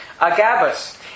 Agabus